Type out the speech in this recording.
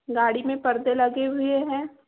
गाड़ी में पर्दे लगे हुए हैं